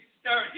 start